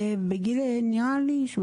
בגיל 17 נראה לי .